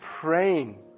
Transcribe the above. praying